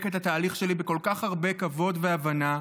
את התהליך שלי בכל כך הרבה כבוד והבנה,